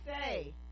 say